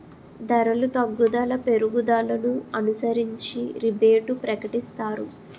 ధరలు తగ్గుదల పెరుగుదలను అనుసరించి రిబేటు ప్రకటిస్తారు